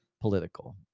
political